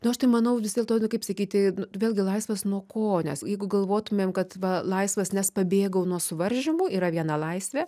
nu aš tai manau vis dėlto nu kaip sakyti vėlgi laisvas nuo ko nes jeigu galvotumėm kad va laisvas nes pabėgau nuo suvaržymų yra viena laisvė